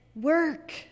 work